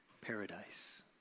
paradise